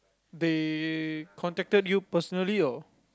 they contacted you personally or